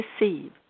receive